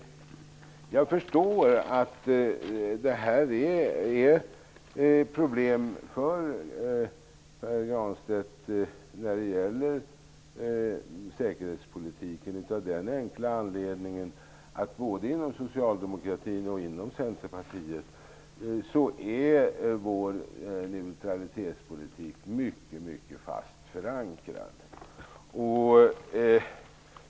Jag förstår att det är problem för Pär Granstedt när det gäller säkerhetspolitiken, av den enkla anledningen att neutralitetspolitiken både inom Socialdemokraterna och Centerpartiet är mycket fast förankrad.